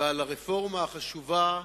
ועל הרפורמה החשובה